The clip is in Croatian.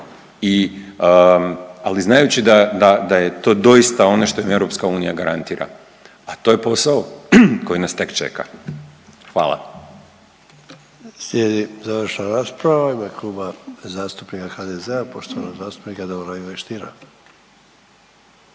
ali znajući da je to doista ono što im EU garantira, a to je posao koji nas tek čeka. Hvala.